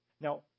Now